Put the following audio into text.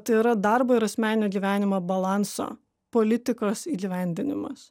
tai yra darbo ir asmeninio gyvenimo balanso politikos įgyvendinimas